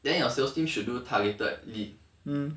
then your sales team should do targeted lead